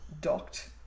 docked